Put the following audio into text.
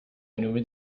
maneuver